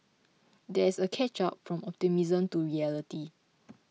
there is a catch up from optimism to reality